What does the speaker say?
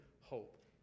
hope